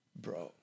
Bro